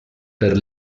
per